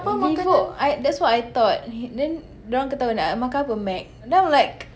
Vivo uh that's what I thought hmm then dorang kata apa nak makan apa Mac then I'm like